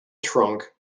trunk